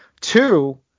two